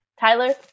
Tyler